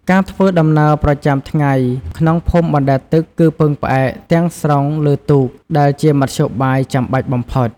ការធ្វើដំណើរប្រចាំថ្ងៃក្នុងភូមិបណ្ដែតទឹកគឺពឹងផ្អែកទាំងស្រុងលើទូក ដែលជាមធ្យោបាយចាំបាច់បំផុត។